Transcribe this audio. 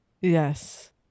Yes